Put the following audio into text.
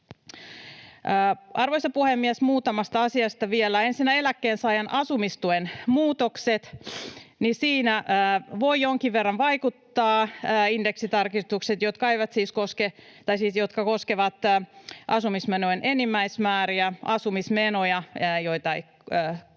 Arvoisa puhemies! Muutamasta asiasta vielä: Ensinnä eläkkeensaajan asumistuen muutokset. Niissä voivat jonkin verran vaikuttaa indeksitarkistukset, jotka koskevat asumismenojen enimmäismääriä ja asumismenoja, ja sen takia